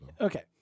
Okay